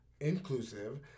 inclusive